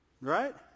Right